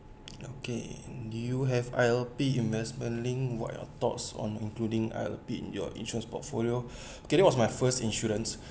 okay do you have I_L_P investment linked what your thoughts on including I_L_P in your insurance portfolio okay this was my first insurance